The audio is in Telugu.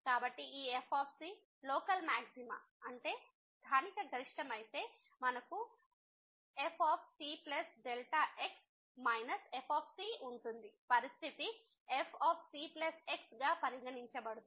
కాబట్టి ఈ f local maxima local maximum స్థానిక గరిష్టమైతే మనకు f cx fఉంటుంది పరిస్థితి f c x గా పరిగణించబడుతుంది